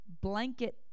blanket